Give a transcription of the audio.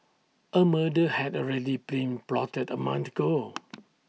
A murder had already been plotted A month ago